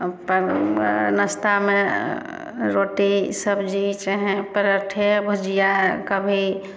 अपन नास्तामे रोटी सब्जी चाहे पराेठे भुजिया कभी